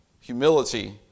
humility